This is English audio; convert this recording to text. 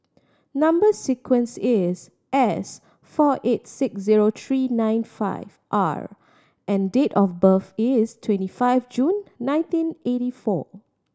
number sequence is S four eight six zero three nine five R and date of birth is twenty five June nineteen eighty four